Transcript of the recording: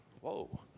Whoa